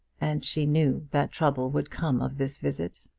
and she knew that trouble would come of this visit.